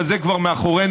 אבל זה כבר מאחורינו,